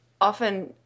often